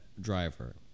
Driver